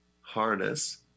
harness